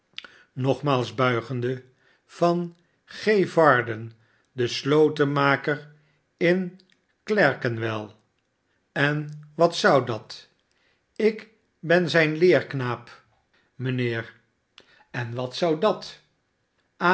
buigende van g varden den slotenmaker in cler kenwell en wat zou dat ik ben zijn leerknaap mijneen vriend vraagt een onderhoud heer en wat zou dat